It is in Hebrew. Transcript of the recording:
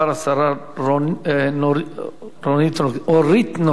השרה אורית נוקד.